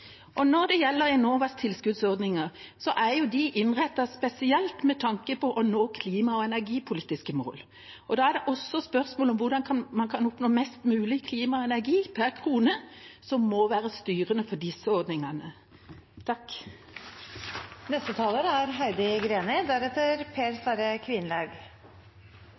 Når det gjelder Enovas tilskuddsordninger, er de innrettet spesielt med tanke på å nå klima- og energipolitiske mål. Da er det også spørsmål om hvordan man kan oppnå mest mulig klima og energi per krone, noe som må være styrende for disse ordningene.